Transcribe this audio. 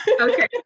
Okay